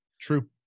True